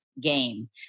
game